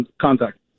contact